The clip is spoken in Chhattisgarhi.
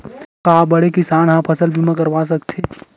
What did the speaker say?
का बड़े किसान ह फसल बीमा करवा सकथे?